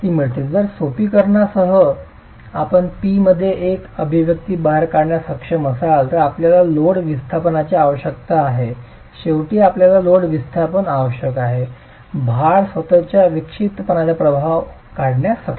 तर या सोपीकरणासह आपण P मध्ये एक अभिव्यक्ती बाहेर काढण्यास सक्षम आहात आपल्याला लोड विस्थापनाची आवश्यकता आहे शेवटी आपल्याला लोड विस्थापन आवश्यक आहे भार स्वतःच्या विक्षिप्तपणाचा प्रभाव काढण्यास सक्षम होण्यासाठी